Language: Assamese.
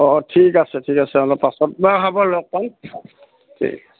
অঁ ঠিক আছে ঠিক আছে অলপ পাছত বা হ'ব লগ পাম ঠিক